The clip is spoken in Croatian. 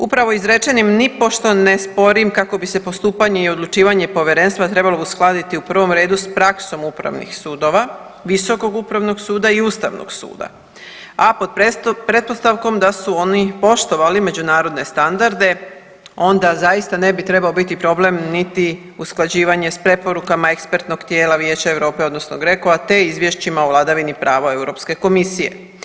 Upravo izrečenim nipošto ne sporim kako bi se postupanje i odlučivanje povjerenstva trebalo uskladiti u prvom redu sa praksom upravnih sudova, Visokog upravnog suda i Ustavnog suda, a pod pretpostavkom da su oni poštovali međunarodne standarde onda zaista ne bi trebao biti problem niti usklađivanje sa preporukama ekspertnog tijela Vijeća Europe odnosno GRECO-a, te izvješćima o vladavini prava Europske komisije.